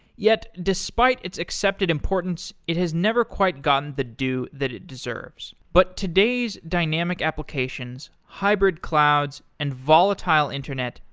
yet, despite its accepted importance, it has never quite gotten the due that it deserves. but today's dynamic applications, hybrid clouds and volatile internet,